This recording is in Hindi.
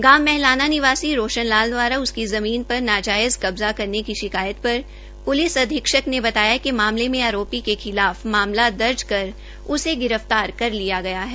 गांव महलाना निवासी रोशनलाल दवारा उसकी जमीन पर नाजायज कब्जा करने की शिकायत पर पुलिस अधीक्षक ने बताया कि मामले में आरोपी के खिलाफ मामला दर्ज कर उसे गिरफ्तार कर लिया गया है